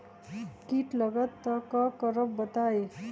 कीट लगत त क करब बताई?